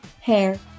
hair